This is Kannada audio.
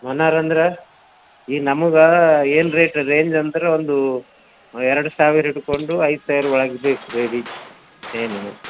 ಮನಾರಂದ್ರ ಈಗ ನಮಗೆ ಏನು ರೇಟ್ ರೇಂಜ್ ಅಂದ್ರೆ ಒಂದು ಎರಡು ಸಾವಿರ ಹಿಡ್ಕೊಂಡು ಐದು ಸಾವಿರ ಒಳಗೆ ಬೇಕು ಬೇಬಿದು ಚೇನು